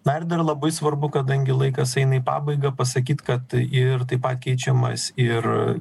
na ir dar labai svarbu kadangi laikas eina į pabaigą pasakyt kad ir tai pat keičiamas ir